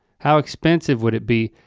how expensive would it be?